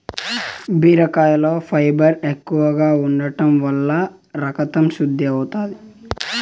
బీరకాయలో ఫైబర్ ఎక్కువగా ఉంటం వల్ల రకతం శుద్ది అవుతాది